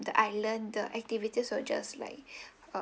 the island the activity will just like uh